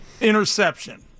interception